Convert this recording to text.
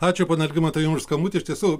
ačiū pone algimantai už skambutį iš tiesų